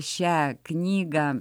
šią knygą